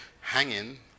hanging